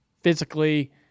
physically